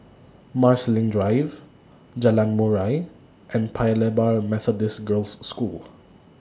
Marsiling Drive Jalan Murai and Paya Lebar Methodist Girls' School